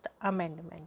Amendment